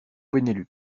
benelux